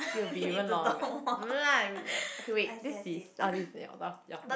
it will be even longer no lah we never okay wait this is oh this is your turn